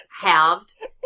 Halved